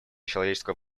человеческого